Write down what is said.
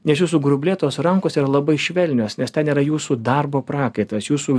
nes jūsų grublėtos rankos yra labai švelnios nes ten yra jūsų darbo prakaitas jūsų